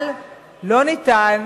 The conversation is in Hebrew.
אבל לא ניתן